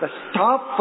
stop